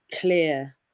clear